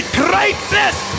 greatness